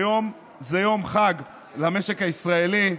היום זה יום חג למשק הישראלי,